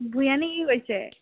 ভূঞানী কি কৰিছে